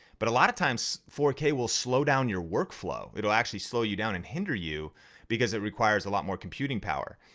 but a lot of times four k will slow down your workflow. it'll actually slow you down and hinder you because it requires a lot more computing power.